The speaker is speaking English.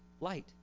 light